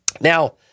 Now